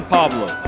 Pablo